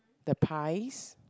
the pies